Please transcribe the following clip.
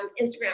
Instagram